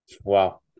wow